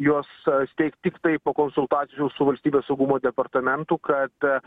juos steigt tiktai po konsultacijų su valstybės saugumo departamentu kad